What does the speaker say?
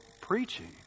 preaching